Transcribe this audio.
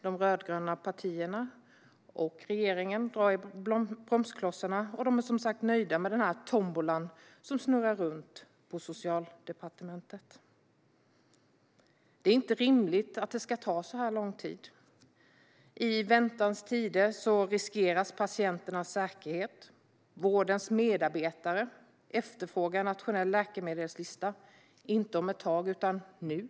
De rödgröna partierna och regeringen vill dock dra i bromsarna. De är nöjda med tombolan som snurrar runt på Socialdepartementet. Det är inte rimligt att det ska ta så lång tid. I väntans tider riskeras patienternas säkerhet. Vårdens medarbetare efterfrågar en nationell läkemedelslista, inte om ett tag utan nu.